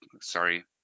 sorry